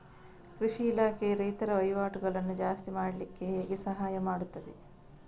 ಕೃಷಿ ಇಲಾಖೆಯು ರೈತರ ವಹಿವಾಟುಗಳನ್ನು ಜಾಸ್ತಿ ಮಾಡ್ಲಿಕ್ಕೆ ಹೇಗೆ ಸಹಾಯ ಮಾಡ್ತದೆ?